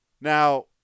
Now